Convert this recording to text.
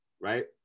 Right